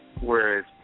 Whereas